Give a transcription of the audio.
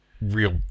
Real